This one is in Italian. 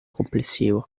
complessivo